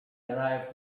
arrive